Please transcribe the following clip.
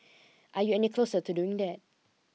are you any closer to doing that